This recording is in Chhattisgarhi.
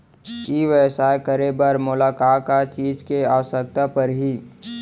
ई व्यवसाय करे बर मोला का का चीज के आवश्यकता परही?